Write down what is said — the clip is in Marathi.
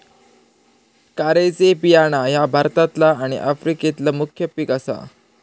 कारळ्याचे बियाणा ह्या भारतातला आणि आफ्रिकेतला मुख्य पिक आसा